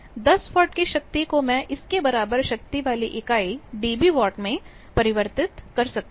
10 watt की शक्ति को मैं इसके बराबर शक्ति वाली इकाई डीबी वाट में परिवर्तित कर सकता हूं